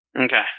Okay